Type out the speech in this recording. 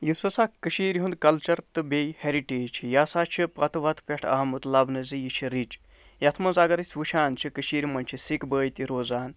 یُس ہسا کٔشیٖرِ ہُنٛد کَلچَر تہٕ بیٚیہِ ہیرِٹیج چھِ یہِ ہسا چھِ پتہٕ وَتہٕ پٮ۪ٹھ آمُت لَبنہٕ زِ یہِ ہسا چھِ رِچ یَتھ منٛز اَگر أسۍ وُچھان چھِ کٔشیٖرِ منٛز چھِ سِکھ بٲے تہِ روزان